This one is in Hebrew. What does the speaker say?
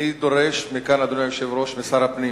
אני דורש מכאן, אדוני היושב-ראש, משר הפנים